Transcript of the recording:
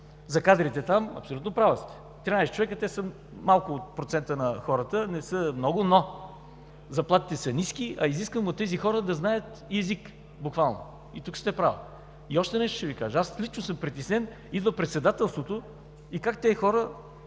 За кадрите там. Абсолютно права сте. Тринадесет човека, те са малко от процента на хората – не са много, но заплатите са ниски, а изискваме от тези хора да знаят и език буквално. И тук сте права. И още нещо ще Ви кажа. Аз лично съм притеснен. Идва председателството и тези хора